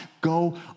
Go